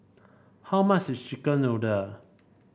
how much is chicken noodle